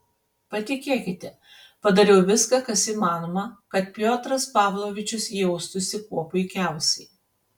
patikėkite padariau viską kas įmanoma kad piotras pavlovičius jaustųsi kuo puikiausiai